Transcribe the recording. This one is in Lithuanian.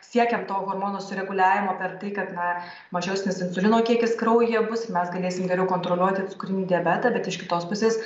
siekiam to hormonų sureguliavimo per tai kad na mažesnis insulino kiekis kraujyje bus mes galėsim geriau kontroliuoti cukrinį diabetą bet iš kitos pusės